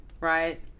Right